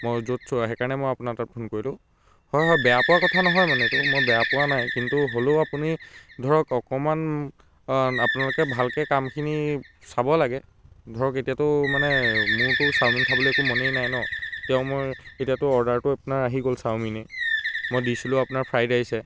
মই য'ত সেইকাৰণে মই আপোনাৰ তাত ফোন কৰিলোঁ হয় হয় বেয়া পোৱা কথা নহয় মানে এইটো মই বেয়া পোৱা নাই কিন্তু হ'লেও আপুনি ধৰক অকণমান আপোনালোকে ভালকৈ কামখিনি চাব লাগে ধৰক এতিয়াটো মানে মোৰটো চাওমিন খাবলৈ একো মনেই নাই ন তেওঁ মই এতিয়াটো অৰ্ডাৰটো আপোনাৰ আহি গ'ল চাওমিনেই মই দিছিলোঁ আপোনাৰ ফ্ৰাইড ৰাইচহে